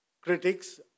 Critics